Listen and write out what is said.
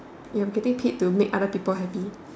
you are getting paid to make other people happy